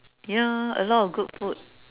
ya a lot of good food